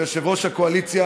ויושב-ראש הקואליציה,